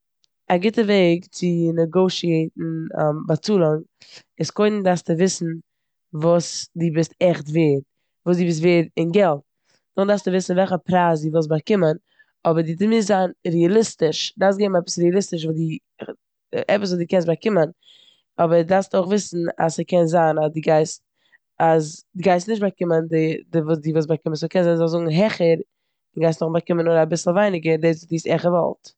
א גוטע וועג צו נעגאשיעטן באצאלונג איז קודם דארפסטו וויסן וואס די בסט עכט ווערד, וואס די בוסט ווערד אין געלט. נאכדעם דארפסטו וויסן וועלכע פרייז די ווילסט באקומען די אבער די- די מוזט זיין ריאליסטיש, דארפסט געבן עפעס ריאליסטיש עפעס וואס די קענסט באקומען אבער דארפסט אויך אז ס'קען זיין אז די גייסט- אז די גייסט נישט באקומען די- די וואס די ווילסט באקומען סאו קען זיין זאלסט זאגן העכער און גייסט נאכדעם באקומען נאר אביסל ווייניגער וואס די האסט עכט געוואלט.